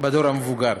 בדור המבוגר,